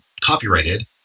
copyrighted